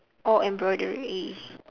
oh embroidery